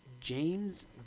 James